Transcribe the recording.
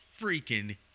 freaking